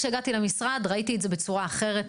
כשהגעתי למשרד ראיתי את זה בצורה אחרת,